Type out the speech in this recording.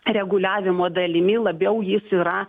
reguliavimo dalimi labiau jis yra